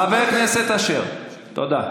חבר הכנסת אשר, תודה.